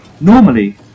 Normally